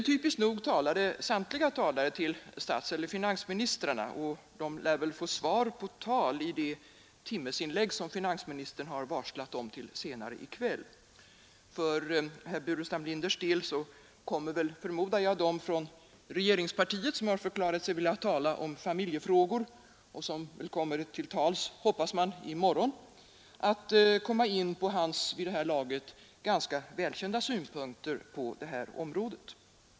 Typiskt nog vände sig också samtliga talare till statsministern eller till finansministern och lär väl få svar på tal i det timslånga inlägg som finansministern har varslat om till senare i kväll. För herr Burenstam Linders del förmodar jag att de talare från regeringspartiet, som har förklarat sig vilja tala om familjefrågor och som förhoppningsvis får ordet i morgon, också kommer in på herr Burenstam Linders vid det här laget ganska välkända synpunkter.